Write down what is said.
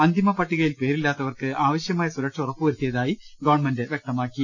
അന്തിമ പട്ടികയിൽ പേരില്ലാത്തവർക്ക് ആവശ്യമായ സുരക്ഷ ഉറപ്പ് വരുത്തിയതായി ഗവൺമെന്റ് വ്യക്തമാക്കി